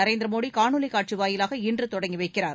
நரேந்திர மோடி காணொலி காட்சி வாயிலாக இன்று தொடங்கி வைக்கிறார்